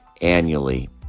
annually